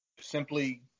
simply